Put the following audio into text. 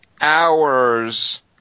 hours